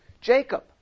Jacob